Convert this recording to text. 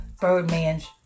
Birdman's